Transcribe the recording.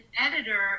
editor